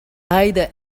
either